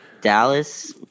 Dallas